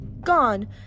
gone